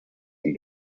and